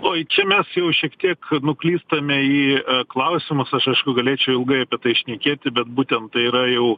oi čia mes jau šiek tiek nuklystame į klausimus aš aišku galėčiau ilgai apie tai šnekėti bet būtent tai yra jau